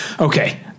okay